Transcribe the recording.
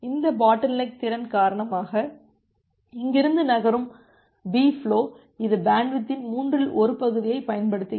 இந்த பாட்டில்நெக் திறன் காரணமாக இங்கிருந்து நகரும் B ஃபுலோ இது பேண்ட்வித்தின் மூன்றில் ஒரு பகுதியைப் பயன்படுத்துகிறது